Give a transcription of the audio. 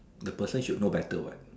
the person should know better what